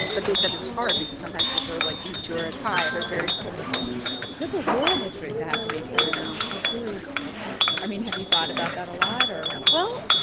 but they said it's hard because sometimes you're sort of like, these two are a tie. they're very similar that's a horrible choice to have to make i know that's really that's i mean, have you thought about that a lot or. well,